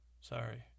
Sorry